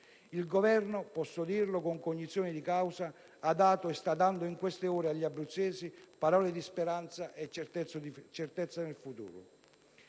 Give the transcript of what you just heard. Il Governo - posso dirlo con cognizione di causa - ha dato e sta dando in queste ore agli abruzzesi parole di speranza e certezza nel futuro.